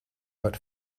but